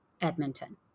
Edmonton